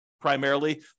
primarily